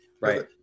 right